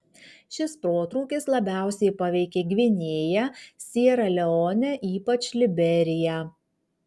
šis protrūkis labiausiai paveikė gvinėją siera leonę ir ypač liberiją